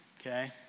Okay